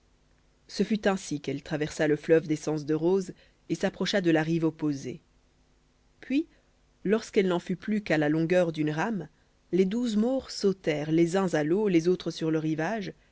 ce fut ainsi qu'elle traversa le fleuve d'essence de rose et s'approcha de la rive opposée puis lorsqu'elle n'en fut plus qu'à la longueur d'une rame les douze maures sautèrent les uns à l'eau les autres sur le rivage